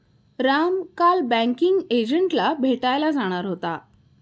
राम काल बँकिंग एजंटला भेटायला जाणार होता